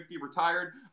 retired